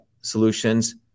solutions